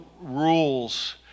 rules